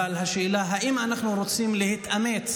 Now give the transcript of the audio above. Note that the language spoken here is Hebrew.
אבל השאלה היא אם אנחנו רוצים להתאמץ